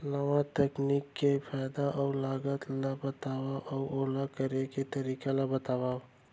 नवा तकनीक के फायदा अऊ लागत ला बतावव अऊ ओला करे के तरीका ला बतावव?